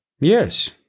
Yes